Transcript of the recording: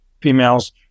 females